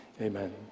Amen